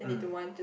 mm